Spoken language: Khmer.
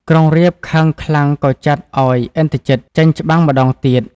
ក្រុងរាពណ៍ខឹងខ្លាំងក៏ចាត់ឱ្យឥន្ទ្រជិត ចេញច្បាំងម្តងទៀត។